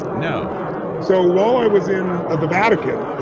no so while i was in the vatican,